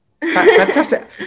Fantastic